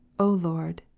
o lord,